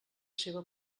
seva